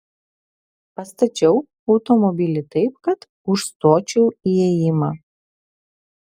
pastačiau automobilį taip kad užstočiau įėjimą